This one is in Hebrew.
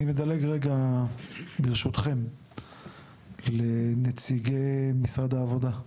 אני מדלג רגע ברשותכם לנציגי משרד העבודה.